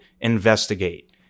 investigate